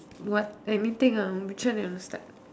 what anything ah which one you want to start